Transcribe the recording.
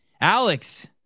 Alex